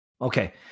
okay